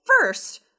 first